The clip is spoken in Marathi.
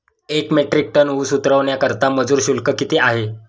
एक मेट्रिक टन ऊस उतरवण्याकरता मजूर शुल्क किती आहे?